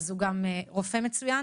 אז הוא גם רופא מצוין.